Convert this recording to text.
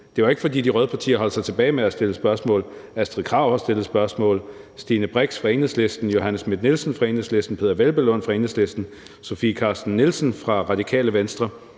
det var ikke, fordi de røde partier holdt sig tilbage med at stille spørgsmål. Fru Astrid Krag, fru Stine Brix fra Enhedslisten, fru Johanne Schmidt-Nielsen fra Enhedslisten, hr. Peder Hvelplund fra Enhedslisten, fru Sofie Carsten Nielsen fra Radikale Venstre